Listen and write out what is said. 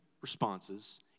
responses